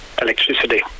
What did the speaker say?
electricity